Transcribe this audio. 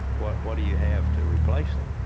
what what do you have to replace it?